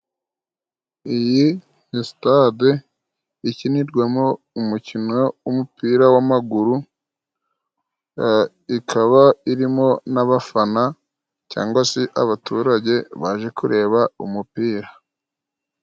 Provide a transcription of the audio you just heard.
Iyi ni stade ikinirwamo umukino wumupira w'amaguru ikaba irimo n'abafana cyangwa se abaturage baje kureba umupira.